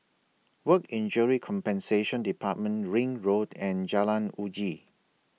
Work Injury Compensation department Ring Road and Jalan Uji